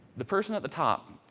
the person at the top,